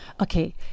Okay